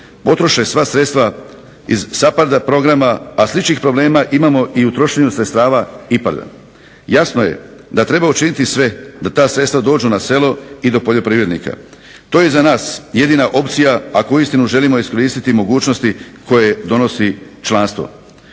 potroše sva sredstva iz SAPHARD-a programa, a sličnih problema imamo i u trošenju sredstava IPARD-a. Jasno je da treba učiniti sve da ta sredstva dođu na selo i do poljoprivrednika. To je za nas jedina opcija ako uistinu želimo iskoristiti mogućnosti koje donosi članstvo.